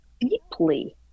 deeply